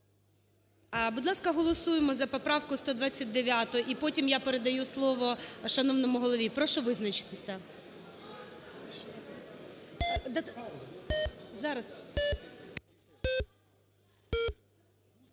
Будь ласка, голосуємо за поправку 129-у. І потім я передаю слово шановному Голові. Прошу визначитися.